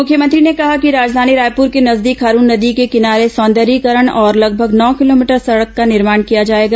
मुख्यमंत्री ने कहा कि राजधानी रायपुर के नजदीक खारून नदी के किनारे सौंदर्यीकरण और लगभग नौ किलोमीटर सड़क का निर्माण किया जाएगा